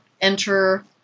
enter